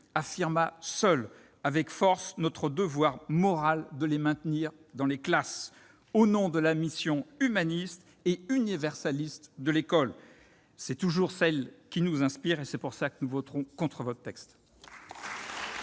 affirma seul, avec force, notre devoir moral de les maintenir dans les classes, au nom de la mission humaniste et universaliste de l'école. C'est toujours notre source d'inspiration, et c'est pourquoi nous voterons contre ce texte